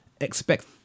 expect